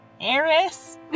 Eris